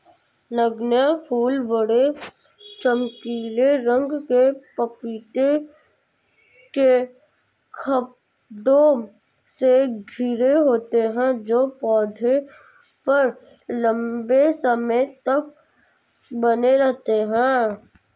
नगण्य फूल बड़े, चमकीले रंग के पपीते के खण्डों से घिरे होते हैं जो पौधे पर लंबे समय तक बने रहते हैं